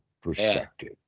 perspective